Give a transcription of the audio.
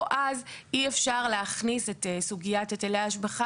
או אז אי אפשר להכניס את סוגיית היטלי ההשבחה